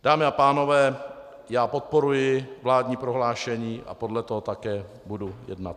Dámy a pánové, já podporuji vládní prohlášení a podle toho také budu jednat.